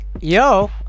Yo